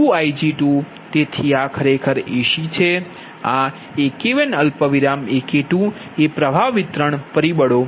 તેથી આ ખરેખર એસી છે આ AK1 AK2 એ પ્રવાહ વિતરણ પરિબળ છે